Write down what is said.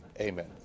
Amen